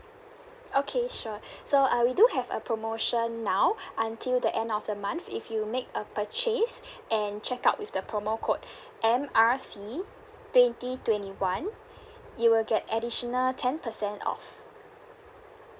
okay sure so uh we do have a promotion now until the end of the month if you make a purchase and checkout with the promo code M R C twenty twenty one you will get additional ten percent off